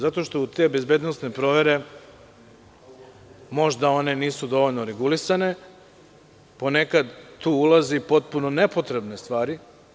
Zato što te bezbednosne provere nisu dovoljno regulisane, ponekad tu ulaze potpuno nepotrebne stvari.